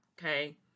okay